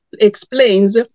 explains